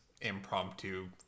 impromptu